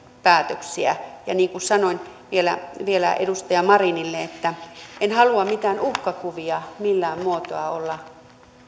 päätöksiä ja niin kuin sanoin vielä vielä edustaja marinille en halua mitään uhkakuvia millään muotoa olla